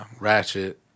Ratchet